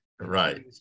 right